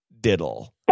diddle